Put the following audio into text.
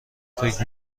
فکر